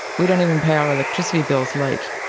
we don't even pay our electricity bills late,